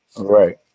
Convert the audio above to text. Right